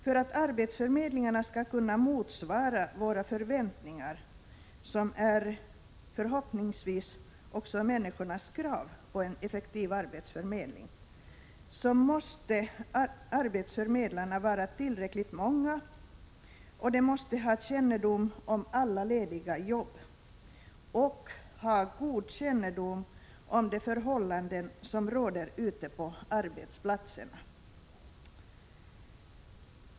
För att arbetsförmedlingarna skall kunna motsvara våra förväntningar, som förhoppningsvis också är människornas krav på en effektiv arbetsförmedling, så måste arbetsförmedlarna vara tillräckligt många, och de måste ha kännedom om alla lediga jobb och ha god kännedom om de förhållanden som råder ute på arbetsplatserna.